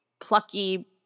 plucky